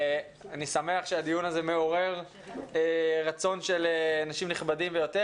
אני שמח שהדיון הזה מעורר רצון של אנשים נכבדים ביותר.